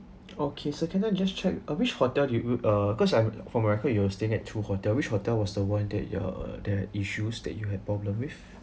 okay so can I just check uh which hotel did you uh cause I'm from my record you're staying at two hotel which hotel was the one that you uh uh there are issues that you have problem with